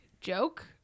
joke